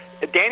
Danny